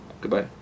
Goodbye